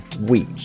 week